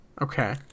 Okay